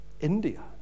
India